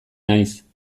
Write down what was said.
naiz